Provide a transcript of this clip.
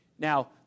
Now